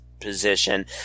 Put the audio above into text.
position